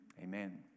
Amen